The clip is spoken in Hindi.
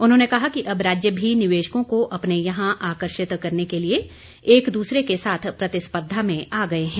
उन्होंने कहा कि अब राज्य भी निवेशकों को अपने यहां आकर्षित करने के लिए एक दूसरे के साथ प्रतिस्पर्द्धा में आ गये हैं